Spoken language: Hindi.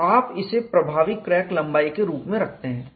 तो आप इसे प्रभावी क्रैक लंबाई के रूप में रखते हैं